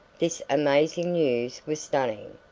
this amazing news was stunning.